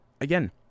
Again